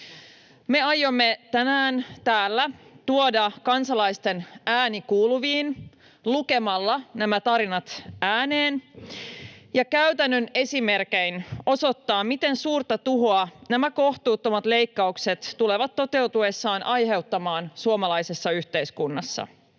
Me aiomme tänään täällä tuoda kansalaisten äänen kuuluviin lukemalla nämä tarinat ääneen ja käytännön esimerkein osoittaa, miten suurta tuhoa nämä kohtuuttomat leikkaukset tulevat toteutuessaan aiheuttamaan suomalaisessa yhteiskunnassa.